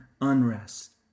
unrest